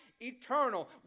eternal